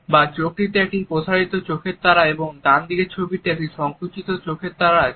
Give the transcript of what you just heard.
বা চোখটিতে একটি প্রসারিত চোখের তারা এবং ডান ছবিতে একটি সংকোচিত চোখের তারা আছে